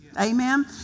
Amen